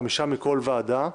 חמישה מכל ועדה,